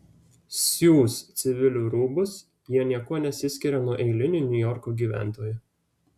siūs civilių rūbus jie niekuo nesiskiria nuo eilinių niujorko gyventojų